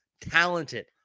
talented